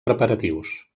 preparatius